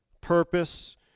purpose